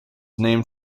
named